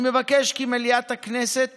אני מבקש כי מליאת הכנסת